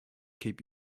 keep